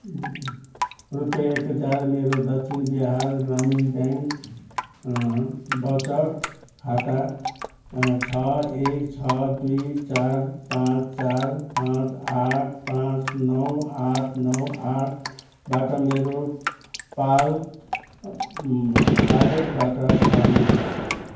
रुपियाँ एक हजार मेरो दक्षिण बिहार ग्रामिण ब्याङ्क बचत खाता छ एक छ दुई चार पाँच चार पाँच आठ पाँच नौ आठ नौ आठबाट मेरो पाल वाल्लेटबाट पठाउनुहोस्